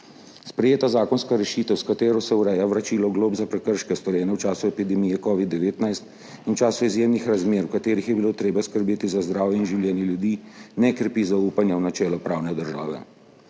Sprejeta zakonska rešitev, s katero se ureja vračilo glob za prekrške, storjene v času epidemije covida-19 in v času izjemnih razmer, v katerih je bilo treba skrbeti za zdravje in življenje ljudi, ne krepi zaupanja v načelo pravne države.